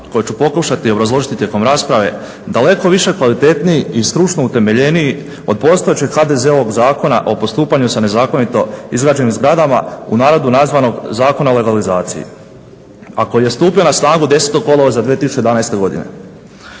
koje ću pokušati obrazložiti tijekom rasprave daleko više kvalitetniji i stručno utemeljeniji od postojećeg HDZ-ovog Zakona o postupanju sa nezakonito izgrađenim zgradama u narodu nazvanog "Zakona o legalizaciji", a koji je stupio na snagu 10. kolovoza 2011. godine.